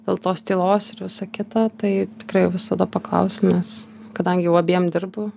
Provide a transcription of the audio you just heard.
dėl tos tylos ir visa kita tai tikrai visada paklausiu nes kadangi jau abiem dirbu